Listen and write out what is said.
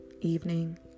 evening